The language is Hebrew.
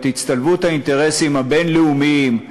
את הצטלבות האינטרסים הבין-לאומיים,